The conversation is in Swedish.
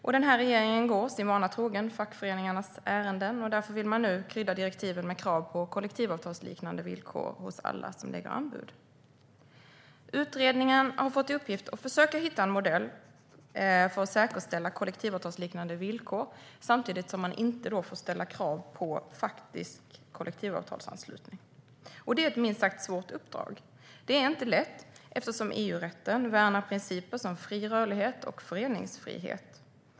Och den här regeringen går, sin vana trogen, fackföreningarnas ärenden. Därför vill man nu krydda direktiven med krav på kollektivavtalsliknande villkor hos alla som lämnar anbud. Utredningen har fått i uppgift att försöka hitta en modell för att säkerställa kollektivavtalsliknande villkor, samtidigt som man inte får ställa krav på faktisk kollektivavtalsanslutning. Det är ett minst sagt svårt uppdrag. Det är inte lätt, eftersom EU-rätten värnar principer som fri rörlighet och föreningsfrihet.